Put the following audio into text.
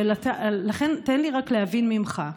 לכן, תן לי רק להבין ממך.